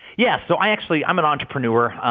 yeah. so i actually i'm an entrepreneur.